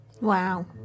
Wow